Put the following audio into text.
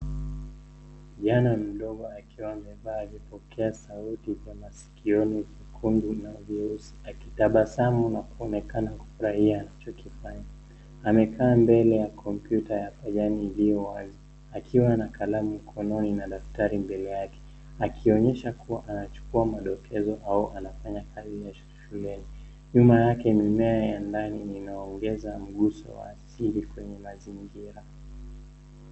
Kijana mdogo akiwa amevaa vipokea sauti vya masikoni vyekundu na vyeusi, akitabasamu na kuonekana akifurahia na anachokifanya. Amekaa mbele ya komputa ya kijani iliyo wazi akiwa na kalamu mkononi na daftari mbele yake, akionyesha kuwa anachukua madokezo au anafanya kazi ya shuleni. Nyuma yake mimea ya ndani inaongeza mguzo wa asili kwenye mazingira.